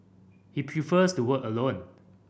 he prefers to work alone